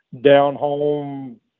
down-home